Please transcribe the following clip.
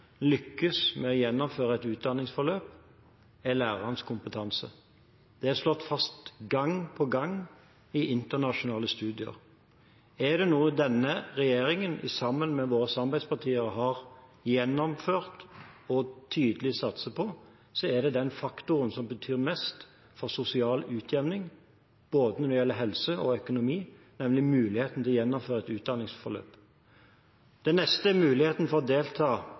lykkes med å gjennomføre et utdanningsforløp, er lærerens kompetanse. Det er slått fast gang på gang i internasjonale studier. Er det noe denne regjeringen sammen med våre samarbeidspartier har gjennomført, og tydelig satser på, er det den faktoren som betyr mest for sosial utjevning både når det gjelder helse og økonomi, nemlig muligheten til å gjennomføre et utdanningsforløp. Det neste er muligheten for å delta